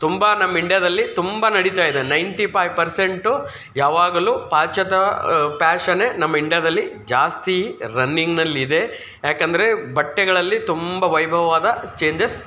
ತುಂಬ ನಮ್ಮ ಇಂಡಿಯಾದಲ್ಲಿ ತುಂಬ ನಡಿತಾಯಿದೆ ನೈಂಟಿ ಪೈವ್ ಪರ್ಸೆಂಟು ಯಾವಾಗಲೂ ಪಾಶ್ಚಾತ್ಯ ಫ್ಯಾಶನ್ನೇ ನಮ್ಮ ಇಂಡಿಯಾದಲ್ಲಿ ಜಾಸ್ತಿ ರನ್ನಿಂಗಿನಲ್ಲಿದೆ ಯಾಕಂದರೆ ಬಟ್ಟೆಗಳಲ್ಲಿ ತುಂಬ ವೈಭವವಾದ ಚೇಂಜಸ್